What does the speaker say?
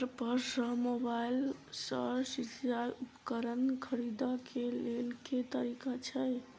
घर पर सऽ मोबाइल सऽ सिचाई उपकरण खरीदे केँ लेल केँ तरीका छैय?